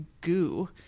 goo